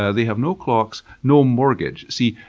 ah they have no clocks, no mortgage. see,